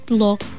look